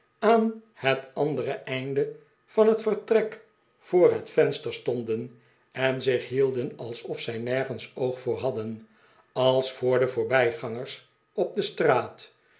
aan het andere einde van het vertrek voor het venster stonden en zich hielden alsof zij nergens oog voor hadden als voor de voorbij gangers op de straat